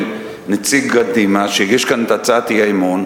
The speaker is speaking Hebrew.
נציג קדימה שהגיש כאן את הצעת האי-אמון,